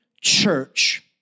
church